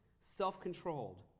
self-controlled